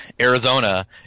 arizona